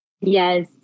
Yes